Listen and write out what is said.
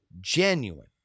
genuine